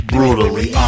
Brutally